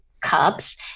cups